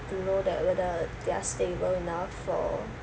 to know that whether they're stable enough for